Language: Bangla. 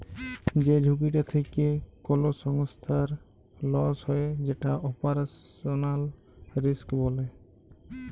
যে ঝুঁকিটা থেক্যে কোল সংস্থার লস হ্যয়ে যেটা অপারেশনাল রিস্ক বলে